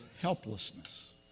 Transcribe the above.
helplessness